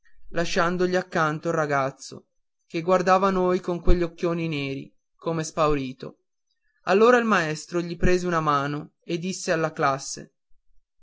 lasciandogli accanto il ragazzo che guardava noi con quegli occhioni neri come spaurito allora il maestro gli prese una mano e disse alla classe